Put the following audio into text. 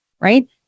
Right